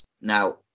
Now